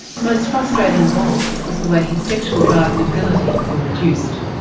most frustrating of all was the way his sexual drive and ability were reduced.